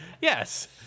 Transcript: yes